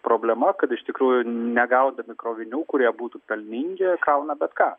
problema kad iš tikrųjų negaudami krovinių kurie būtų pelningi krauna bet ką